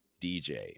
DJ